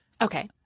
Okay